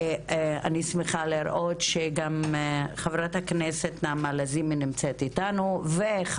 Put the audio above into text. אני שמחה גם לראות שחברת הכנסת נעמה לזימי נמצאת איתנו וגם